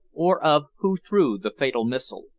or of who threw the fatal missile.